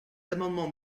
amendements